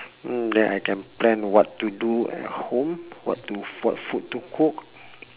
mm then I can plan what to do at home what to what food to cook